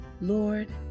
Lord